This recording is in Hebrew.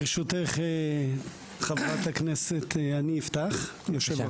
ברשותך, גברתי היושבת-ראש, אני אפתח.